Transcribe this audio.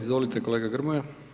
Izvolite kolega Grmoja.